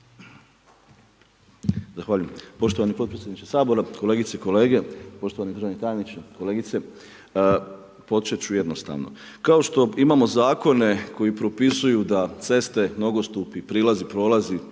Zahvaljujem. Poštovani potpredsjedniče Sabora, kolegice i kolege, poštovani državni tajniče, kolegice. Počet ću jednostavno. Kao što imamo zakone koji propisuju da ceste, nogostupi, prilazi, prolazi,